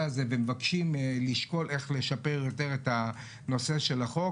הזה והם מבקשים לשקול איך לשפר את הנושא של החוק.